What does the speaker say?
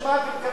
אבל תן לי.